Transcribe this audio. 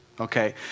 okay